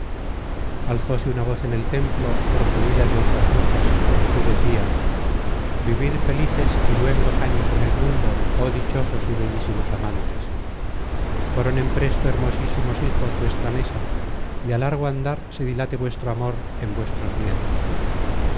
adorarla alzóse una voz en el templo procedida de otras muchas que decia vivid felices y luengos años en el mundo oh dichosos y bellísimos amantes coronen presto hermosísimos hijos vuestra mesa y á largo andar se dilate vuestro amor en vuestros nietos